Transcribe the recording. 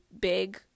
big